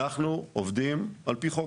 אנחנו עובדים על פי חוק,